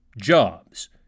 jobs